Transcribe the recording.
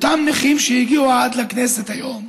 אותם נכים שהגיעו עד לכנסת היום,